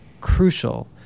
crucial